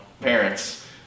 parents